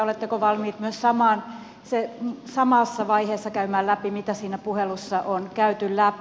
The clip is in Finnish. oletteko valmiit myös samassa vaiheessa käymään läpi mitä siinä puhelussa on käyty läpi